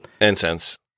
Incense